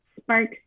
sparks